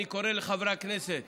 אני קורא לחברי הכנסת